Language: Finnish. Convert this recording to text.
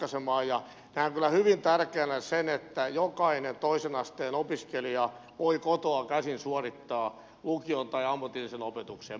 näen kyllä hyvin tärkeänä sen että jokainen toisen asteen opiskelija voi kotoa käsin suorittaa lukion tai ammatillisen opetuksen